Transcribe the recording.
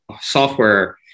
software